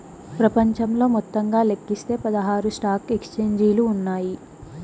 ప్రపంచంలో మొత్తంగా లెక్కిస్తే పదహారు స్టాక్ ఎక్స్చేంజిలు ఉన్నాయి